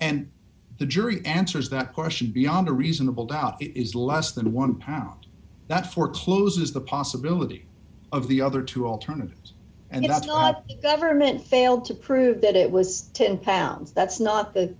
and the jury answers that question beyond a reasonable doubt is less than one pound that forecloses the possibility of the other two alternatives and that's not the government failed to prove that it was ten pounds that's not th